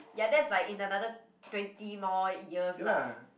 ya that's like in another twenty more years lah